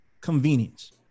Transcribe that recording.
convenience